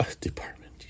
Department